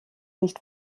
nicht